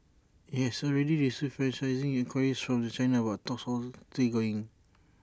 IT has already received franchising enquiries from China but talks are still going